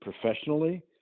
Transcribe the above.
professionally